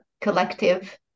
collective